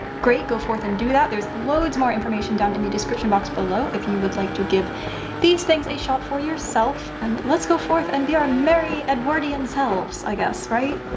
great, go forth and do that. there's loads more information down in the description box below, if you would like to give these things a shot for yourself, and let's go forth and be our merry edwardian selves, selves, i guess, right?